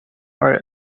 art